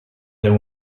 there